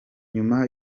nyuma